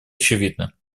очевидно